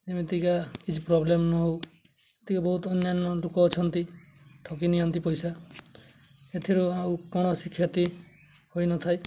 ଯେମିତିକା କିଛି ପ୍ରୋବ୍ଲେମ୍ ନ ହଉ ଏତିକି ବହୁତ ଅନ୍ୟାନ୍ୟ ଲୋକ ଅଛନ୍ତି ଠକି ନିଅନ୍ତି ପଇସା ଏଥିରୁ ଆଉ କୌଣସି କ୍ଷତି ହୋଇନଥାଏ